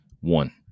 One